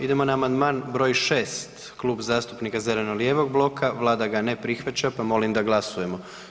Idemo na Amandman broj 6. Klub zastupnika zeleno-lijevog bloka, Vlada ga ne prihvaća pa molim da glasujemo.